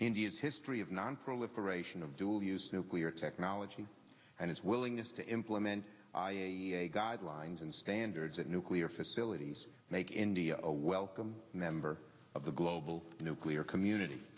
india's history of nonproliferation of dual use nuclear technology and its willingness to implement guidelines and standards at nuclear facilities make india a welcome member of the global nuclear community